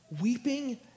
weeping